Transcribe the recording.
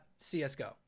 CSGO